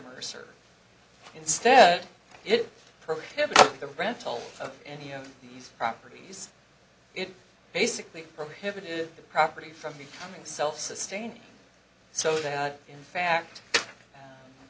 serve instead it prohibits the rental of any of these properties it basically prohibited the property from becoming self sustaining so they are in fact